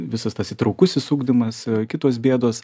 visas tas įtraukusis ugdymas kitos bėdos